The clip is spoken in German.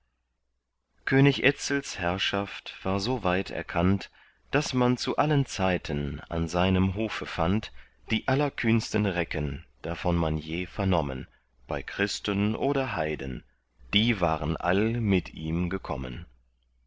könig etzels herrschaft war so weit erkannt daß man zu allen zeiten an seinem hofe fand die allerkühnsten recken davon man je vernommen bei christen oder heiden die waren all mit ihm gekommen